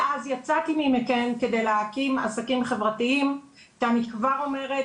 מאז יצאתי ממקאן כדי להקים עסקים חברתיים כי אני כבר אומרת,